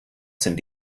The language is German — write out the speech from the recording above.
sind